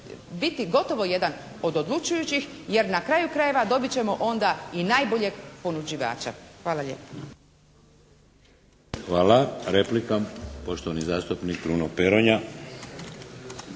biti gotovo jedan od odlučujućih jer na kraju krajeva dobit ćemo onda i najboljeg ponuđivača. Hvala lijepa. **Bebić, Luka (HDZ)** Hvala. Replika, poštovani zastupnik Kruno Peronja.